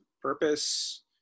purpose